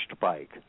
bike